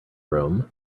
room